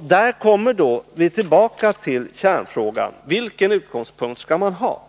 Där kommer vi tillbaka till kärnfrågan: Vilken utgångspunkt skall man ha?